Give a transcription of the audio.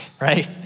right